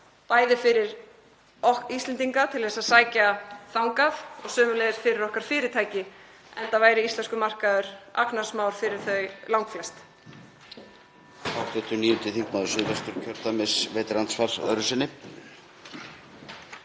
bæði fyrir okkur Íslendinga, til að sækja þangað, og sömuleiðis fyrir okkar fyrirtæki, enda væri íslenskur markaður agnarsmár fyrir þau langflest.